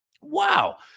Wow